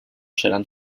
seran